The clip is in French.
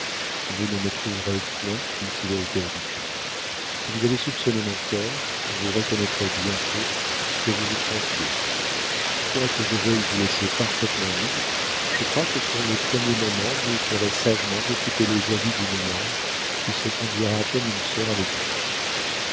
vous ne me trouverez point d'une sévérité ridicule si vous avez soupçonné mon cœur vous reconnaîtrez bientôt que vous vous trompiez quoique je veuille vous laisser parfaitement libre je crois que pour les premiers moments vous ferez sagement d'écouter les avis d'une mère qui se conduira comme une sœur avec vous